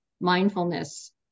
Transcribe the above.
mindfulness